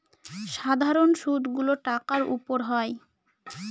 সাধারন সুদ গুলো টাকার উপর হয়